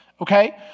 Okay